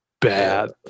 bad